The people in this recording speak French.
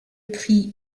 prix